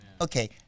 Okay